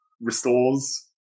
restores